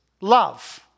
love